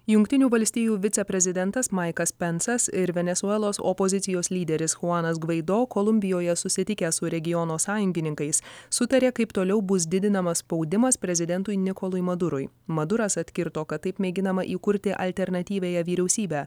jungtinių valstijų viceprezidentas maikas pensas ir venesuelos opozicijos lyderis chuanas gvaido kolumbijoje susitikę su regiono sąjungininkais sutarė kaip toliau bus didinamas spaudimas prezidentui nikolui madurui maduras atkirto kad taip mėginama įkurti alternatyviąją vyriausybę